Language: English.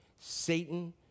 Satan